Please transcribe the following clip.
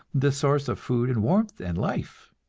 the source of food and warmth and life.